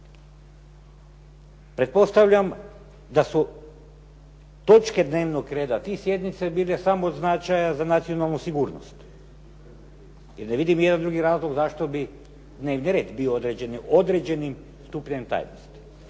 Pretpostavljam da su točke dnevnog reda tih sjednica bile od samog značaja za nacionalnu sigurnosti jer ne vidim nijedan drugi razlog zašto bi dnevni red bio određen, određenim stupnjem tajnosti,